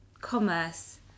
commerce